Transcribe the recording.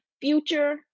future